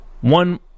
one